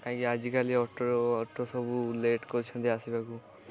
କାହିଁକି ଆଜିକାଲି auto auto ସବୁ ଲେଟ୍ କରୁଛନ୍ତି ଆସିବାକୁ